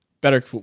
better